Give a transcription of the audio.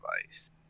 device